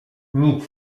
nic